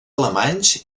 alemanys